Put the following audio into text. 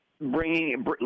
bringing